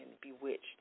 bewitched